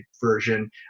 version